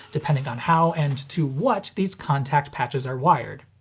depending on how and to what these contact patches are wired.